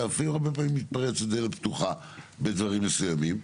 אתה אפילו הרבה פעמים מתפרץ לדלת פתוחה בדברים מסוימים,